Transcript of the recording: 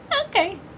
Okay